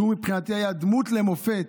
שמבחינתי היה דמות מופת.